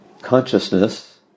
consciousness